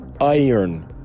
iron